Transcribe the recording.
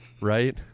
right